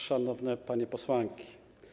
Szanowne Panie Posłanki!